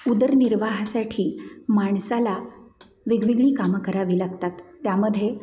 उदरनिर्वाहासाठी माणसाला वेगवेगळी कामं करावी लागतात त्यामध्ये